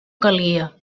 calia